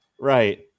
Right